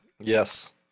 Yes